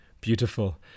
Beautiful